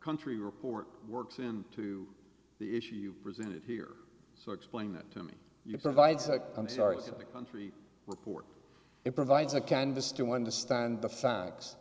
country report works and to the issue you presented here so explain that to me you provide cites i'm sorry to the country report it provides a canvas to understand the facts